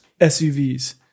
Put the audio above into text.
SUVs